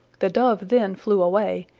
the dove then flew away,